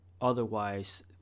otherwise